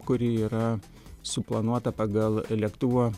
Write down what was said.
kuri yra suplanuota pagal lėktuvo